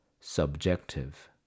subjective